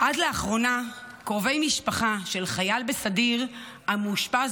עד לאחרונה קרובי משפחה של חייל בסדיר המאושפז